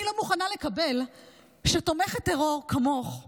אני לא מוכנה לקבל שתומכת טרור כמוך,